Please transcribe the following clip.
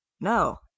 No